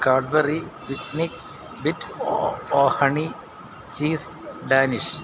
Cadbury bit o honey cheese Danish